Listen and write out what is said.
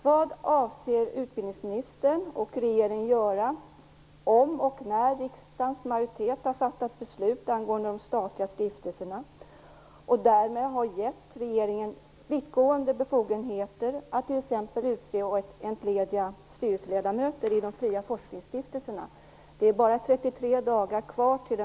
Vad avser utbildningsministern och regeringen göra om och när riksdagens majoritet fattat beslut angående de statliga stiftelserna och därmed gett regeringen vittgående befogenheter att t.ex. utse och entlediga styrelseledamöter i fria forskningsstiftelserna? Det är bara 33